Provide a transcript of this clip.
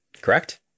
correct